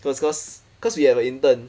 cause cause cause we have a intern